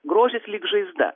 grožis lyg žaizda